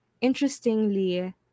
interestingly